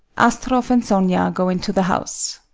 astroff and sonia go into the house.